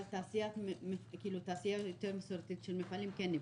אבל תעשייה מסורתית יותר של מפעלים כן נפגעה.